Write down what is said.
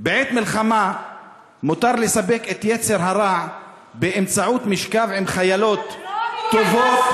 בעת מלחמה מותר לספק את יצר הרע באמצעות משכב עם חיילות טובות,